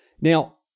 now